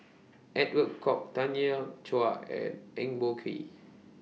Edwin Koek Tanya Chua and Eng Boh Kee